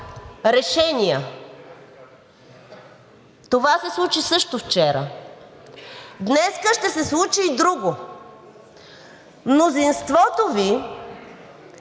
решения. Това се случи също вчера. Днес ще се случи и друго. Мнозинството Ви